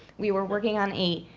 we were working on a